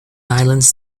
islands